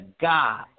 God